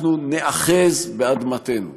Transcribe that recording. אנחנו ניאחז באדמתנו.